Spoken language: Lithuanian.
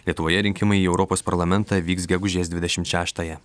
lietuvoje rinkimai į europos parlamentą vyks gegužės dvidešimt šeštąją